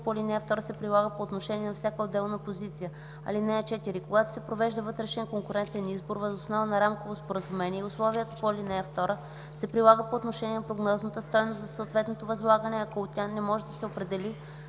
по ал. 2 се прилага по отношение на всяка отделна позиция. (4) Когато се провежда вътрешен конкурентен избор въз основа на рамково споразумение, условието по ал. 2 се прилага по отношение на прогнозната стойност за съответното възлагане, а ако тя не може да се определи